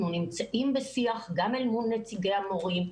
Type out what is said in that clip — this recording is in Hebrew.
אנחנו נמצאים בשיח גם אל מול נציגי המורים,